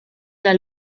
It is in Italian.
una